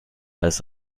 als